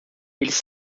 eles